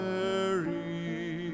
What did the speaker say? Mary